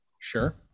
Sure